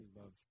love